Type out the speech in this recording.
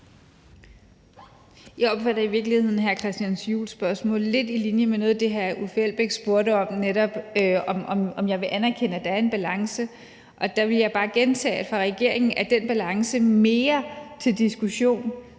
Jeg opfatter i virkeligheden hr. Christian Juhls spørgsmål lidt på linje med noget af det, hr. Uffe Elbæk spurgte om, nemlig om jeg vil anerkende, at der er en balance. Og der vil jeg bare gentage, at for regeringen er den balance mere til diskussion